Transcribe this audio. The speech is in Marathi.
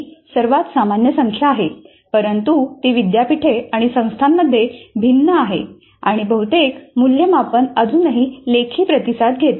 ही सर्वात सामान्य संख्या आहे परंतु ती विद्यापीठे आणि संस्थांमध्ये भिन्न आहे आणि बहुतेक मूल्यमापन अजूनही लेखी प्रतिसाद घेते